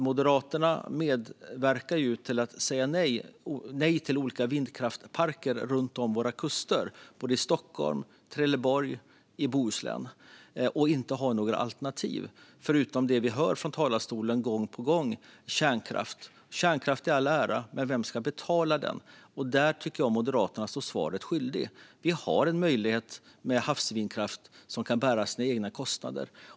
Moderaterna medverkar ju till att säga nej till olika vindkraftsparker runt våra kuster, som i Stockholm, i Trelleborg och i Bohuslän, utan att ha några alternativ förutom det vi hör från talarstolen gång på gång om kärnkraft. Kärnkraft i all ära, men vem ska betala den? Här är Moderaterna svaret skyldiga. Vi har en möjlighet med havsvindkraft som kan bära sina egna kostnader.